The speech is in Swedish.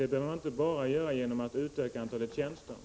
Det behöver man inte göra bara genom att utöka antalet tjänster.